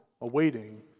awaiting